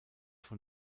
von